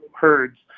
herds